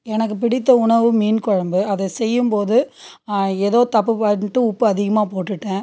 எனக்கு பிடித்த உணவு மீன் குழம்பு அதை செய்யும் போது ஏதோ தப்பு பார்த்துட்டு உப்பு அதிகமாக போட்டுட்டேன்